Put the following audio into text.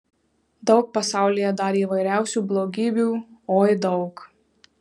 daug pasaulyje dar įvairiausių blogybių oi daug